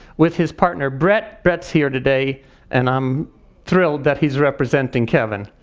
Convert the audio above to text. with his partner brett. brett's here today and i'm thrilled that he's representing kevin.